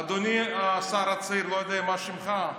אדוני השר הצעיר, לא יודע מה שמך.